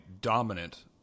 dominant